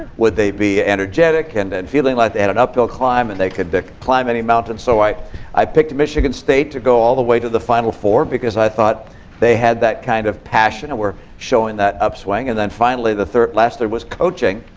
would they be energetic, and then feeling like they had an uphill climb, and they could climb any mountain? so i i picked michigan state to go all the way to the final four because i thought they had that kind of passion and were showing that upswing. and then finally, the last third was coaching.